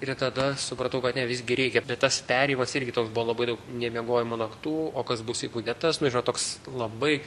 ir tada supratau kad ne visgi reikia bet tas perėjimas irgi toks buvo labai daug nemiegojimo naktų o kas bus jeigu ne tas nu žinot toks labai